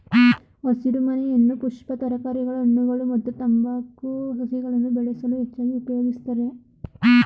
ಹಸಿರುಮನೆಯನ್ನು ಪುಷ್ಪ ತರಕಾರಿಗಳ ಹಣ್ಣುಗಳು ಮತ್ತು ತಂಬಾಕು ಸಸಿಗಳನ್ನು ಬೆಳೆಸಲು ಹೆಚ್ಚಾಗಿ ಉಪಯೋಗಿಸ್ತರೆ